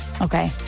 Okay